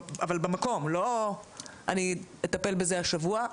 אבל, במקום, לא אני אטפל בזה השבוע,